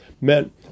meant